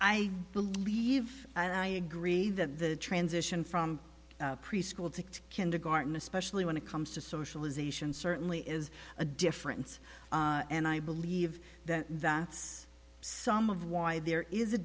i believe and i agree that the transition from preschool to kindergarten especially when it comes to socialization certainly is a difference and i believe that that's some of why there is a